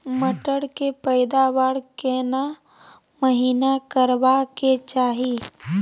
मटर के पैदावार केना महिना करबा के चाही?